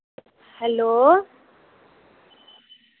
hello